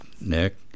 Nick